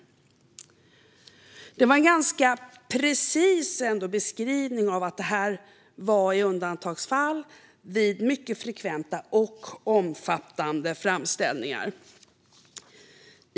Det var en ganska precis beskrivning av att det gäller i undantagsfall vid mycket frekventa och omfattande framställningar.